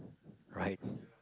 right